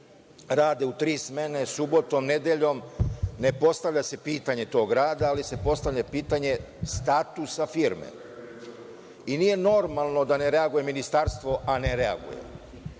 rade u tri smene, subotom, nedeljom, ne postavlja se pitanje tog rada, ali se postavlja pitanje statusa firme. Nije normalno da ne reaguje ministarstvo, a ne reaguje.